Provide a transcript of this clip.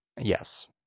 Yes